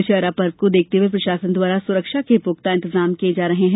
दशहरा पर्व को देखते हुए प्रशासन द्वारा सुरक्षा के पुख्ता इंतजाम किये जा रहे हैं